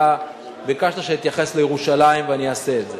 אתה ביקשת שאתייחס לירושלים ואני אעשה את זה.